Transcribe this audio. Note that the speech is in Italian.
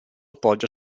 poggia